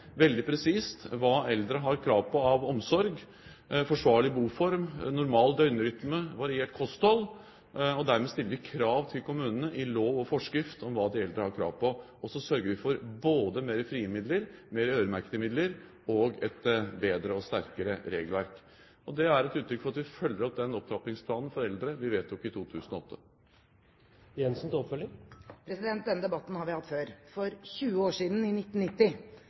veldig presist hva eldre har krav på av omsorg – en forsvarlig boform, en normal døgnrytme, variert kosthold. Dermed stiller vi krav til kommunene i lov og forskrift om hva de eldre har krav på. Vi sørger altså for både flere frie midler, flere øremerkede midler og et bedre og sterkere regelverk. Det er et uttrykk for at vi følger opp den opptrappingsplanen for eldre som vi vedtok i 2008. Denne debatten har vi hatt før. For 20 år siden, i 1990,